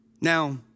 Now